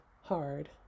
hard